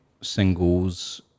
singles